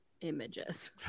images